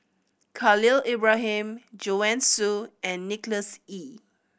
Khalil Ibrahim Joanne Soo and Nicholas Ee